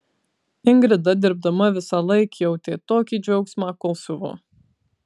ingrida dirbdama visąlaik jautė tokį džiaugsmą kol siuvo